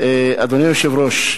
היושב-ראש,